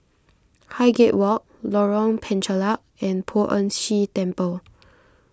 Highgate Walk Lorong Penchalak and Poh Ern Shih Temple